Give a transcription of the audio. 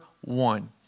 one